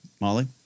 Molly